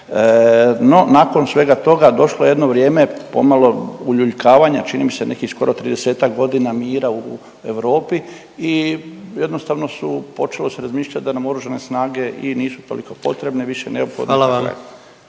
No, nakon svega toga došlo je jedno vrijeme pomalo uljuljkavanja čini mi se nekih skoro 30 godina mira u Europi i jednostavno su, počelo se razmišljati da nam oružane snage i nisu toliko potrebne, više neophodne …/Upadica: